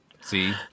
See